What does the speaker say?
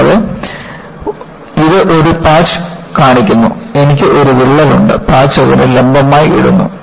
കൂടാതെ ഇത് ഒരു പാച്ച് കാണിക്കുന്നു എനിക്ക് ഒരു വിള്ളൽ ഉണ്ട് പാച്ച് അതിന് ലംബമായി ഇടുന്നു